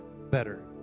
better